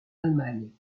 allemagne